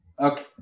Okay